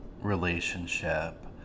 relationship